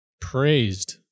praised